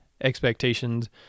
expectations